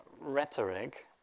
rhetoric